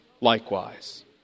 likewise